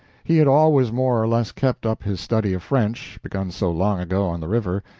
he had always more or less kept up his study of french, begun so long ago on the river,